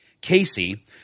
Casey